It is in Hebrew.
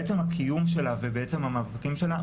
בעצם הקיום שלה ובעצם המאבקים שלה,